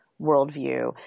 worldview